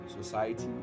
society